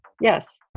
Yes